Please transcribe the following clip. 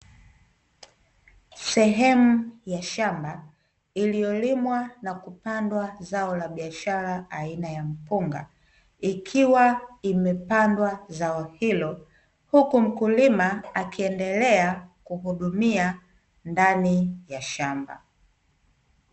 Sehemu ya shamba iliyolimwa na kupandwa zao la biashara aina ya mpunga, ikiwa imepandwa zao hilo, huku mkulima akiendelea kuhudumia ndani ya shamba.